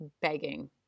begging